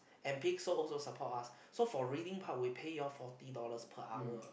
and big sole also support us so for reading part we pay you all forty dollars per hour